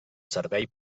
servei